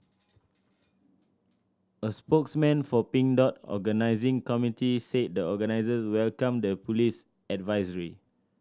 a spokesman for Pink Dot organising committee said the organisers welcomed the police advisory